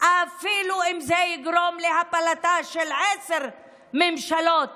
אפילו אם זה יגרום להפלתן של עשר ממשלות